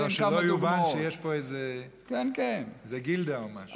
שלא יובן שיש פה איזה גילדה או משהו.